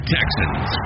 Texans